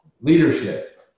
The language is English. leadership